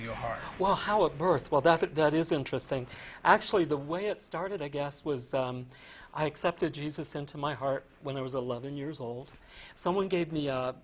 your heart well how a birth well that's it that is interesting actually the way it started i guess was i accepted jesus into my heart when i was eleven years old someone gave me a